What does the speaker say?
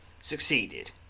Succeeded